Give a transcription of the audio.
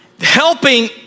helping